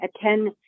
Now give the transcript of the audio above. attend